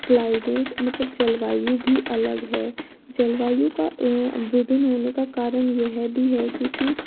climate मतलब जलवायु भी अलग है जलवायु का विभिन्न होने का कारण यह भी है क्योंकि